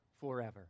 forever